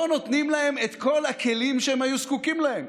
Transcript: פה נותנים להם את כל הכלים שהם היו זקוקים להם.